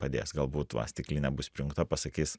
padės galbūt va stiklinė bus prijungta pasakys